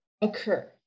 occur